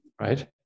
right